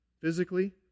physically